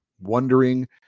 wondering